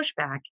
pushback